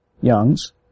Young's